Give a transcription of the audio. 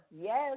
Yes